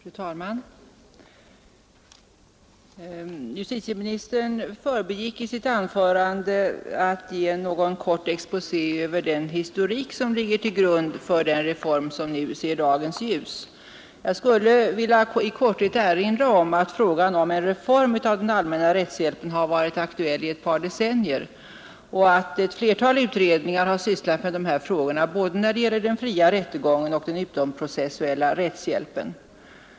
Fru talman! Justitieministern underlät att i sitt anförande ge en kort exposé över den historik som ligger bakom den reform som nu ser dagens ljus. Jag skulle i korthet vilja nämna att frågan om en reform av den allmänna rättshjälpen har varit aktuell i ett par decennier och att flera utredningar har sysslat med dessa frågor, både den fria rättegången och den utomprocessuella rättshjälpen.